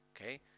Okay